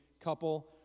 couple